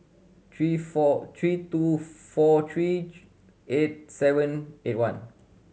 three four three two four three eight one